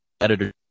editor